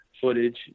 footage